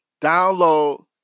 download